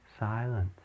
Silence